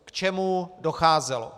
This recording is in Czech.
K čemu docházelo?